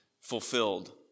fulfilled